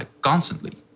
constantly